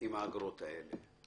עם האגרות האלה.